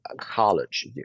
college